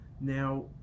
Now